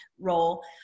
role